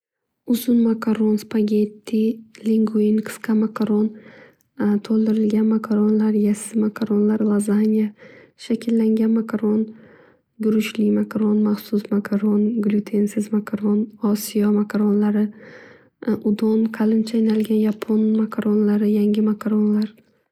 Uzun makaron, spagetti, linguin, qisqa makaron, to'ldirilganm makaronlar, yassi makaronlar, lazaniya, shakllangan makaron, guruchli makaron, maxsus makaron, gluitensizmakaron, osiyo makaronlari, udon, qalin chaynalgan yapon makaronlari, yangi makaronlar.